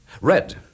Red